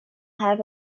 have